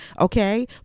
Okay